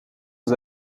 aux